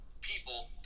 people